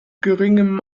geringem